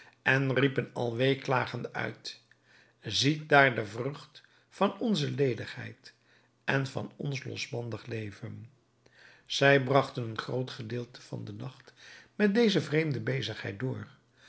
en riepen al weêklagende uit zie daar de vrucht van onze ledigheid en van ons losbandig leven zij bragten een groot gedeelte van den nacht met deze vreemde bezigheid door